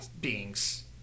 beings